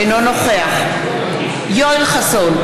אינו נוכח יואל חסון,